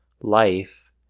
life